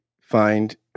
find